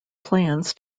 plans